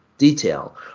detail